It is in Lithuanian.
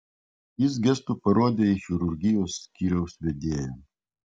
jis gestu parodė į chirurgijos skyriaus vedėją